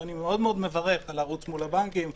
ואני מאוד מברך על הערוץ מול הבנקים,